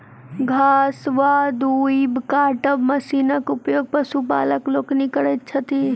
घास वा दूइब कटबाक मशीनक उपयोग पशुपालक लोकनि करैत छथि